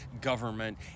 government